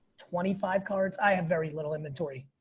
twenty five cards. i have very little inventory.